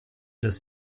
das